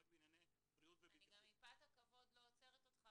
רק בענייני בריאות ובטיחות --- אני גם מפאת הכבוד לא עוצרת אותך,